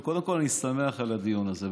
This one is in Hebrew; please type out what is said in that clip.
קודם כול, אני שמח על הדיון הזה.